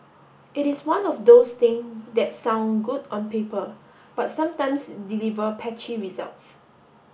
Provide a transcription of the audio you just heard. it is one of those thing that sound good on paper but sometimes deliver patchy results